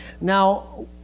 Now